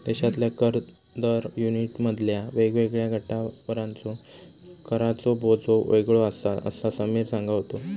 देशातल्या कर दर युनिटमधल्या वेगवेगळ्या गटांवरचो कराचो बोजो वेगळो आसा, असा समीर सांगा होतो